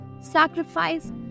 sacrifice